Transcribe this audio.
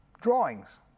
drawings